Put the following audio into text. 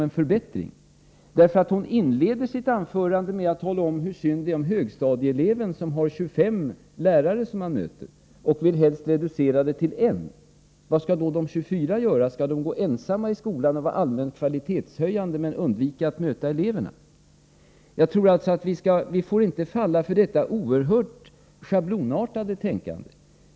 Hon inleder nämligen sitt anförande med att tala om hur synd det är om högstadieeleven som har 25 lärare att möta, och hon vill helst reducera antalet till 1. Vad skall då de övriga 24 göra? Skall de gå ensamma i skolan och vara allmänt kvalitetshöjande, men undvika att möta eleverna? Vi får inte falla för ett sådant oerhört schablonartat tänkande.